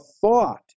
thought